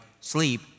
sleep